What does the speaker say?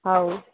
ହୋଉ